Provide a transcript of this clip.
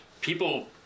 people